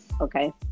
okay